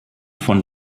von